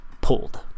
pulled